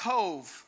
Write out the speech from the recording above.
Cove